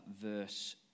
verse